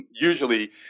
usually